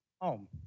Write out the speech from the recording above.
home